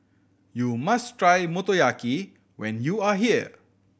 you must try Motoyaki when you are here